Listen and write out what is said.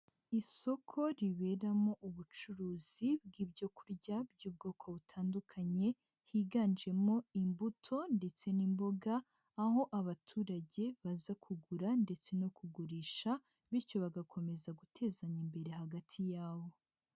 Isoko riberamo ubucuruzi bw'ibyo kurya by'ubwoko butandukanye, higanjemo imbuto ndetse n'imboga, aho abaturage baza kugura ndetse no kugurisha bityo bagakomeza gutezanya imbere hagati yabo.